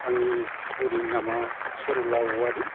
आंनि बुरिनि नामा सरला औवारि